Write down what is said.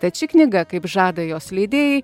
tad ši knyga kaip žada jos leidėjai